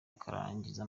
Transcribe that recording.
akarangiza